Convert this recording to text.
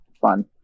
fun